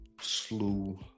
slew